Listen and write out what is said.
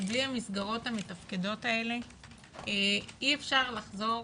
שבלי המסגרות המתפקדות האלה אי אפשר לחזור